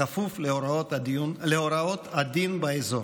בכפוף להוראות הדין באזור.